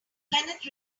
kenneth